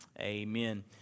Amen